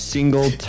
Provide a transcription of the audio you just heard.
Single